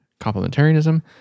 complementarianism